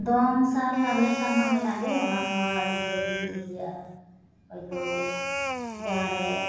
ᱫᱚᱝᱥᱟᱞ ᱞᱟᱜᱽᱲᱮ ᱥᱟᱞᱢᱟ ᱢᱮᱱᱟᱜ ᱜᱮ ᱚᱱᱟ ᱠᱚᱢᱟ ᱟᱹᱰᱤ ᱡᱳᱨᱜᱮᱧ ᱠᱤᱩᱥᱤᱭᱟᱜᱼᱟ ᱦᱚᱭᱛᱚ ᱡᱟᱦᱟᱸᱨᱮ